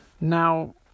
now